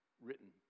written